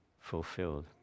fulfilled